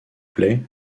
plaît